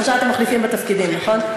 עכשיו אתם מתחלפים בתפקידים, נכון?